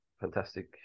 fantastic